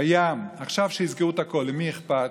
בים, עכשיו שיסגרו את הכול, למי אכפת?